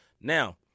now